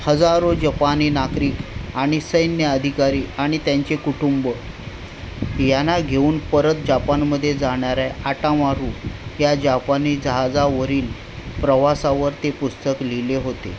हजारो जपानी नागरिक आणि सैन्य अधिकारी आणि त्यांचे कुटुंब यांना घेऊन परत जापानमध्ये जाणाऱ्या आटामारू या जापानी जहाजावरील प्रवासावर पुस्तक